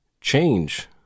change